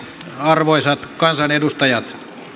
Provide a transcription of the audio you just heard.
arvoisat kansanedustajat